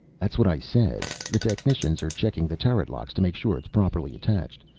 that's what i said. the technicians are checking the turret locks to make sure it's properly attached.